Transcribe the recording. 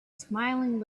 smiling